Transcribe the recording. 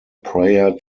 prayer